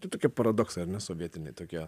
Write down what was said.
tai tokie paradoksai ar ne sovietiniai tokie